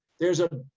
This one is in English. there's a,